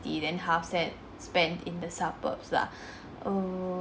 ~ty then half at spend in the suburbs lah um